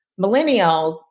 millennials